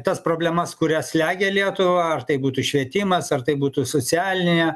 tas problemas kurias slegia lietuvą ar tai būtų švietimas ar tai būtų socialinė